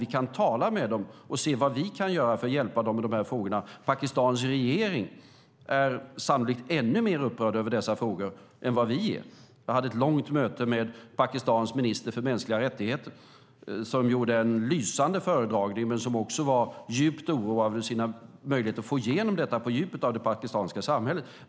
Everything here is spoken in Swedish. Vi kan tala med dem och se vad vi kan göra för att hjälpa dem med de här frågorna. Pakistans regering är sannolikt ännu mer upprörd över dessa frågor än vad vi är. Jag hade ett långt möte med Pakistans minister för mänskliga rättigheter som gjorde en lysande föredragning men som också var djupt oroad över sina möjligheter att få igenom detta på djupet av det pakistanska samhället.